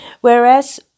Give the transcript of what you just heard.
Whereas